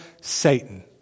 Satan